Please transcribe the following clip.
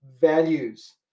values